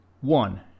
One